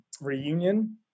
reunion